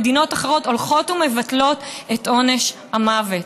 מדינות אחרות הולכות ומבטלות את עונש המוות.